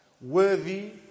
Worthy